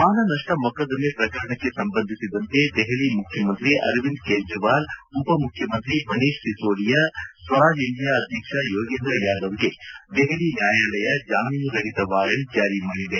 ಮಾನನಷ್ಟ ಮೊಕದ್ದಮೆ ಪ್ರಕರಣಕ್ಕೆ ಸಂಬಂಧಿಸಿದಂತೆ ದೆಹಲಿ ಮುಖ್ಯಮಂತ್ರಿ ಅರವಿಂದ್ ಕೇಜ್ರವಾಲ್ ಉಪ ಮುಖ್ಯಮಂತ್ರಿ ಮನೀಷ್ ಸಿಸೋಡಿಯ ಸ್ವರಾಜ್ ಇಂಡಿಯಾ ಅಧ್ವಕ್ಷ ಯೋಗೇಂದ್ರ ಯಾದವ್ಗೆ ದೆಹಲಿ ನ್ಯಾಯಾಲಯ ಜಾಮೀನು ರಹಿತ ವಾರಂಟ್ ಜಾರಿ ಮಾಡಿದೆ